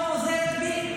לא חוזרת בי.